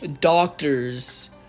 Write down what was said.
doctors